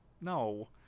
No